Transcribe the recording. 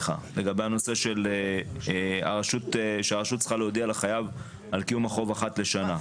לגבי זה שהרשות צריכה להודיע לחייב על קיום החוב אחת לשנה.